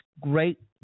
great